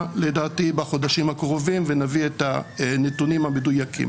בחודשים הקרובים ונביא את הנתונים המדויקים.